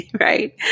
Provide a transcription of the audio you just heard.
right